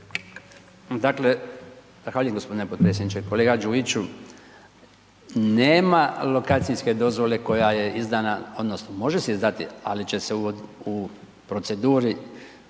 g. potpredsjedniče. Kolega Đujiću, nema lokacijske dozvole koja je izdana odnosno može se izdati, ali će se u proceduri